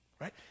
right